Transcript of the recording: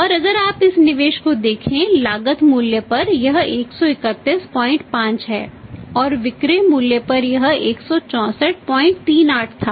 और अगर आप इस निवेश को देखें लागत मूल्य पर यह 1315 है और विक्रय मूल्य पर यह 16438 था